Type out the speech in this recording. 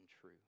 true